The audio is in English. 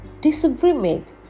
disagreement